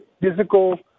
physical